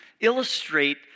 illustrate